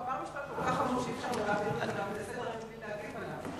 הוא אמר משפט כל כך חמור שאי-אפשר לעבור לסדר-היום בלי להגיב עליו.